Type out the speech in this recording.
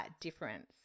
difference